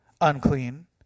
unclean